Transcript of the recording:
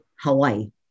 Hawaii